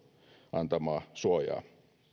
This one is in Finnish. antamaa suojaa